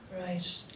Right